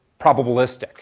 probabilistic